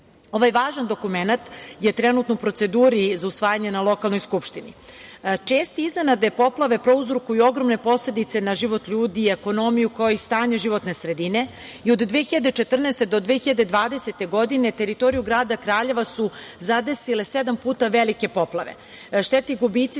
važan dokumenat je trenutno u proceduri za usvajanje na lokalnoj skupštini. Česte i iznenadne poplave prouzrokuju ogromne posledice na život ljudi, ekonomiju kao i stanje životne sredine i od 2014. do 2020. godine teritoriju grada Kraljeva su zadesile sedam puta velike poplave. Štete i gubici